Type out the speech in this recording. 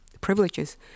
privileges